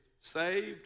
saved